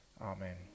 amen